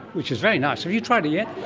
which is very nice. have you tried it yet?